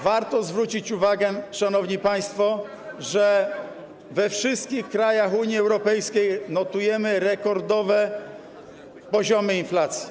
Warto zwrócić uwagę na to, szanowni państwo, że we wszystkich krajach Unii Europejskiej notujemy rekordowe poziomy inflacji.